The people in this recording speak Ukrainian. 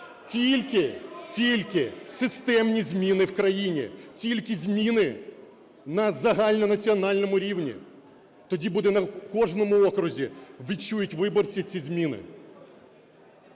Тільки системні зміни в країні, тільки зміни на загальнонаціональному рівні - тоді буде… на кожному окрузі відчують виборці ці зміни.